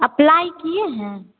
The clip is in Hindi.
अप्लाई किये हैं